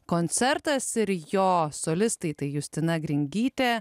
koncertas ir jo solistai tai justina gringytė